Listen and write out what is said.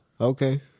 okay